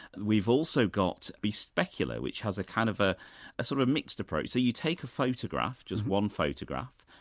we've also got bespecular, which has a kind of a a sort of a mixed approach. so you take a photograph, just one photograph,